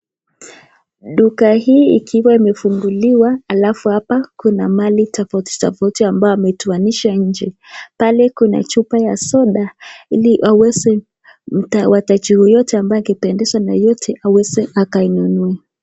Duka hii ikiwa imefunguliwa halafu hapa kuna mali tofauti tofauti ambayo ametoanisha nje. Pale kuna chupa ya soda ili aweze wateja yeyote ambaye atapendezwa na yote aweze akainunue.